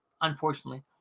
unfortunately